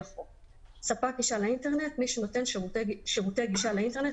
החוק; "ספק גישה לאינטרנט" מי שנותן שירותי גישה לאינטרנט